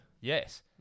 Yes